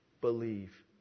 believe